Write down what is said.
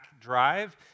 drive